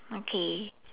okay